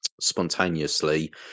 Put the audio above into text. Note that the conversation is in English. spontaneously